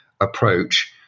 approach